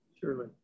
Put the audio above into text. Surely